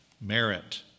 merit